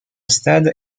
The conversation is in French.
stade